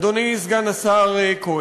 אדוני סגן השר כהן,